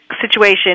situation